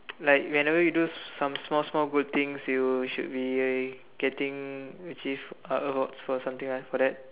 like whenever you do some small small good things you should be getting achieve awards for something for that